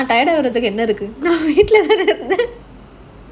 tired ஆகுறதுக்கு என்ன இருக்கு:agurathuku enna irukku